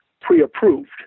pre-approved